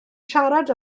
siarad